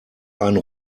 einen